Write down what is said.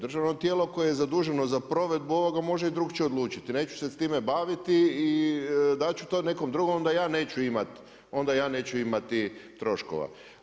Državno tijelo koje je zaduženo za provedbu ovoga može i drukčije odlučiti, neću se s time baviti i dat ću to nekom drugom da ja neću imat, onda ja neću imati troškova.